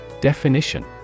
Definition